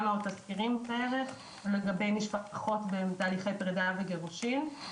תזכירים כאלה לגבי משפחות בתהליכי פרידה וגירושין.